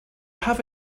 have